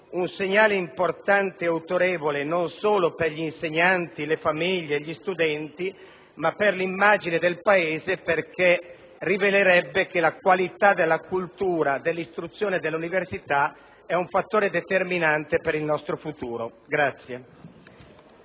un segnale importante e autorevole di tutto il Parlamento non solo per gli insegnanti, le famiglie e gli studenti, ma per l'immagine del Paese, perché rivelerebbe che la qualità della cultura, dell'istruzione e dell'università è un fattore determinante per il nostro futuro.